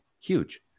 huge